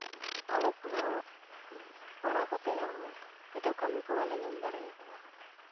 ᱟᱞᱮ ᱠᱚ ᱯᱟᱲᱦᱟᱣ ᱠᱟᱛᱮᱫ ᱦᱚᱸ ᱦᱤᱛᱚᱜ ᱠᱟᱹᱢᱤ ᱠᱚ ᱵᱟᱞᱮ ᱧᱟᱢ ᱫᱟᱲᱮ ᱠᱟᱣᱫᱟ